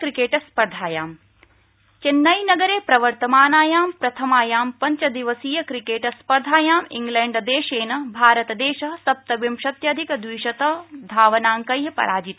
cricket स्पर्धा चेन्नई नगरे प्रवर्तमानायां प्रथमायां पञ्चदिवसीय क्रिकेट स्पर्धायां ख्लैण्डदेशेन भारतदेश सप्तविंशत्यधिक द्विशत धावनांकै पराजित